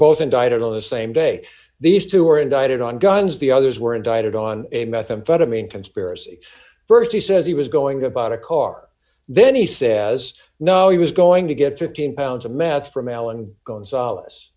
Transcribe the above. both d indicted on the same day these two were indicted on guns the others were indicted on a methamphetamine conspiracy st he says he was going to buy a car then he says no he was going to get fifteen pounds of meth from alan gonzales